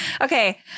Okay